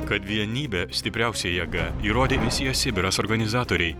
kad vienybė stipriausia jėga įrodė misija sibiras organizatoriai